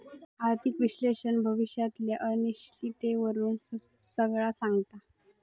आर्थिक विश्लेषक भविष्यातली अनिश्चिततेवरून सगळा सांगता